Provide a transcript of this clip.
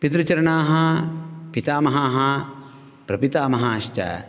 पितृचरणाः पितामहाः प्रपितामहाश्च